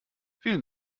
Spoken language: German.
vielen